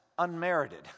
unmerited